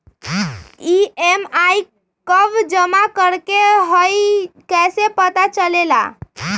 EMI कव जमा करेके हई कैसे पता चलेला?